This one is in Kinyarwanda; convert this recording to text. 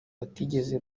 batigeze